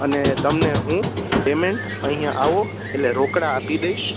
અને તમને હું પેમેન્ટ અહીંયા આવો એટલે રોકડા આપી દઈશ